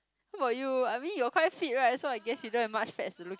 how about you I mean you are quite fit right so I guess you don't have much fats to lose